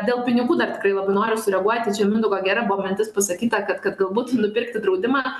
dėl pinigų dar tikrai labai noriu sureaguoti čia mindaugo gera buvo mintis pasakyta kad kad galbūt nupirkti draudimą